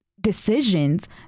decisions